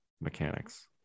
mechanics